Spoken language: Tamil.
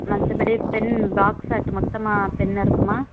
மற்றபடி பென் பாக்ஸ் செட் மொத்தமாக பென் இருக்குமா